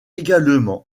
également